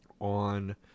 on